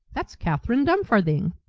that's catherine dumfarthing!